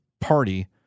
party